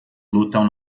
lutam